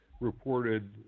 reported